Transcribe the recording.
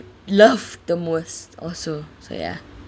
love the most also so ya